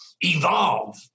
evolve